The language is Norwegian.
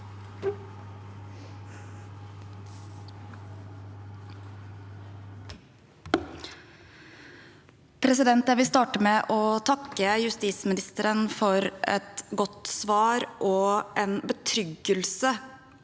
Jeg vil starte med å takke justisministeren for et godt svar og en betryggelse